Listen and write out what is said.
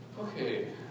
Okay